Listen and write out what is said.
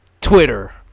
twitter